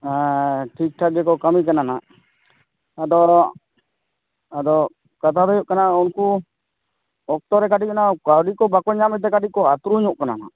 ᱦᱮᱸ ᱴᱷᱤᱼᱴᱷᱟᱠ ᱜᱮᱠᱚ ᱠᱟᱹᱢᱤ ᱠᱟᱱᱟ ᱱᱟᱸᱜ ᱟᱫᱚ ᱟᱫᱚ ᱠᱟᱛᱷᱟ ᱫᱚ ᱦᱩᱭᱩᱜ ᱠᱟᱱᱟ ᱩᱱᱠᱩ ᱚᱠᱛᱮ ᱨᱮ ᱠᱟᱹᱴᱤᱡ ᱚᱱᱟ ᱠᱟᱹᱣᱰᱤ ᱠᱚ ᱵᱟᱠᱚ ᱧᱟᱢᱮᱫᱛᱮ ᱠᱟᱹᱴᱤᱡ ᱠᱚ ᱟᱛᱨᱩᱧᱚᱜ ᱠᱟᱱᱟ ᱱᱟᱜ